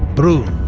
brune.